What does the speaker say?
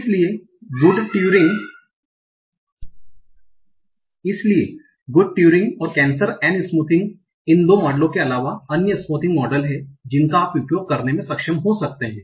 इसलिए Good Turing और Kneser Ney smoothing के इन दो मॉडलों के अलावा अन्य स्मूथिंग मॉडल हैं जिनका आप उपयोग करने में सक्षम हो सकते हैं